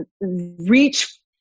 reach